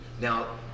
Now